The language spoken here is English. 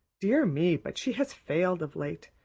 dear me, but she has failed of late.